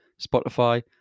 Spotify